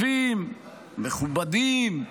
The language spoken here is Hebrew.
מכובדים,